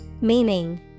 Meaning